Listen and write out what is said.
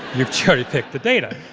you've cherry-picked the data,